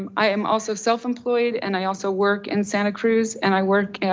um i am also self employed and i also work in santa cruz and i work,